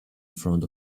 front